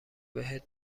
بهت